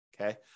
Okay